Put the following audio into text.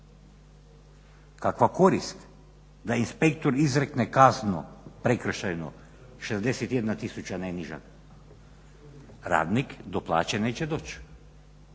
Kakva korist da inspektor izrekne kaznu prekršajno 61 tisuća ne niža, radnik do plaće neće doći.